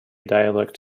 dialect